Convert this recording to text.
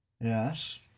Yes